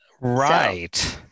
Right